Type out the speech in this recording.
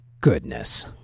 Goodness